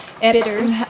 bitters